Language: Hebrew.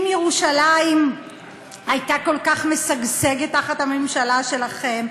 אם ירושלים הייתה כל כך משגשגת תחת הממשלה שלכם,